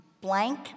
blank